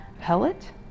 pellet